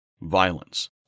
violence